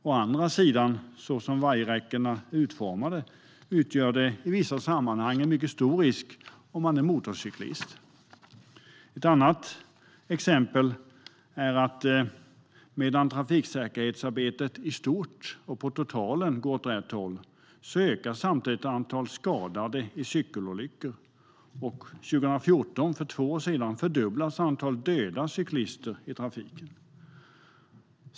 Å andra sidan utgör vajerräckena så som de är utformade i vissa sammanhang en mycket stor risk för en motorcyklist. Ett annat är exempel är att medan trafiksäkerhetsarbetet i stort och på totalen går åt rätt håll ökar samtidigt antalet skadade i cykelolyckor. År 2014, för två år sedan, fördubblades antalet dödade cyklister i trafiken.